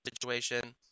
situation